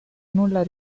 nulla